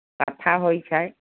कथा होइत छै